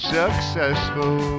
successful